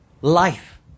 life